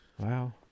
Wow